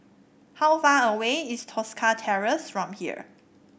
how far away is Tosca Terrace from here